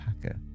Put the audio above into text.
Packer